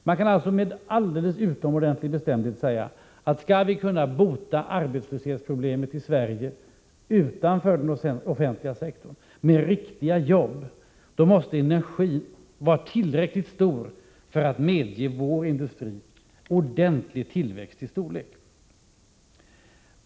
Vi kan alltså med utomordentlig bestämdhet säga, att skall vi kunna lösa arbetslöshetsproblemet utanför den offentliga sektorn med riktiga jobb, måste energin vara tillräckligt stor för att medge att vår industri får en ordentlig tillväxt.